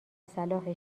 صلاح